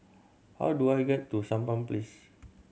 how do I get to Sampan Place